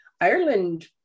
Ireland